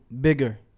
bigger